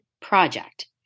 project